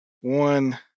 one